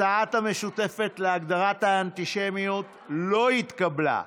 הצעת המשותפת להגדרת האנטישמיות לא התקבלה.